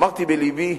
אמרתי בלבי: